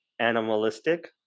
animalistic